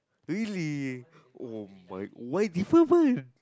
really oh my why different one